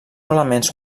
elements